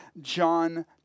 John